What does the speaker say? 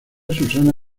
susana